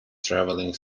traveling